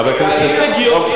רגע,